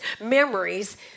memories